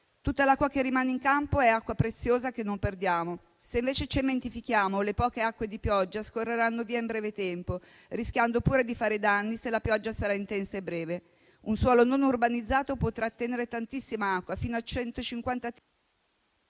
Tutta l'acqua che rimane in campo è acqua preziosa che non perdiamo. Se, invece, cementifichiamo, le poche acque di pioggia scorreranno via velocemente, rischiando pure di fare gravi danni se la pioggia sarà intensa e breve. Un suolo non urbanizzato può trattenere fino a 3,8 milioni di litri